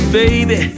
baby